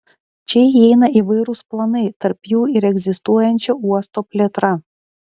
čia įeina įvairūs planai tarp jų ir egzistuojančio uosto plėtra